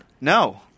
No